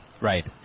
Right